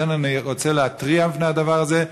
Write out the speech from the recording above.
לכן, אני רוצה להתריע על הדבר הזה.